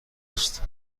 است